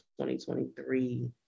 2023